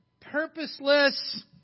purposeless